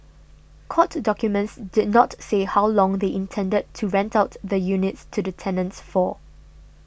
court documents did not say how long they intended to rent out the units to the tenants for